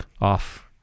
Off